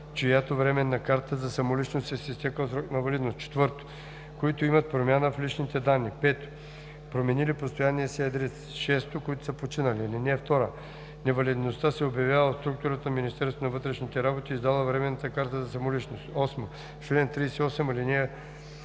чиято временна карта за самоличност е с изтекъл срок на валидност; 4. които имат промяна в личните данни; 5. променили постоянния си адрес; 6. които са починали. (2) Невалидността се обявява от структурата на Министерството на вътрешните работи, издала временната карта за самоличност.“ 8. В чл. 38, ал.